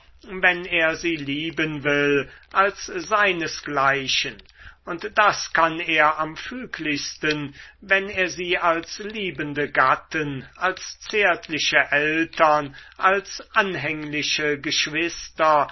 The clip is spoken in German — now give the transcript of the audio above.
wenn er sie lieben will als seinesgleichen und das kann er am füglichsten wenn er sie als liebende gatten als zärtliche eltern als anhängliche geschwister